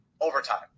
overtime